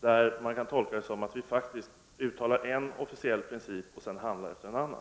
Det kan tolkas så att Sverige uttalar en officiell princip och handlar efter en annan.